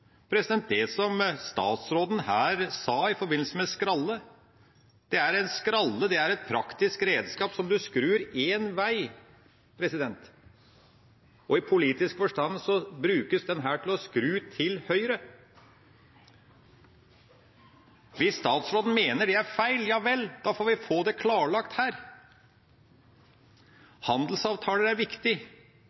det som utenriksministeren her sa i forbindelse med skralle: En skralle er et praktisk redskap som du skrur én vei. I politisk forstand brukes denne til å skru til høyre. Hvis utenriksministeren mener det er feil, ja vel, da får vi få det klarlagt her. Handelsavtaler er